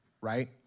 right